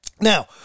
Now